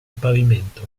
pavimento